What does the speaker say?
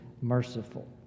merciful